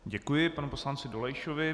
Děkuji panu poslanci Dolejšovi.